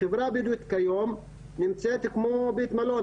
החברה הבדואית כיום נמצאת כמו בית מלון,